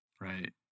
right